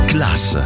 Class